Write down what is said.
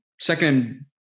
second